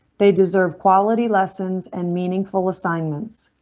they deserve quality lessons. an meaningful assignments.